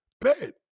bad